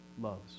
loves